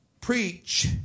preach